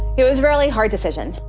it was really hard decisions.